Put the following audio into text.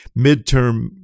midterm